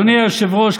אדוני היושב-ראש,